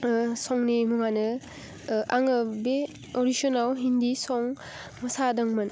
संनि मुङानो आङो बे अडिसनाव हिन्दी सं मोसादोंमोन